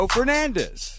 Fernandez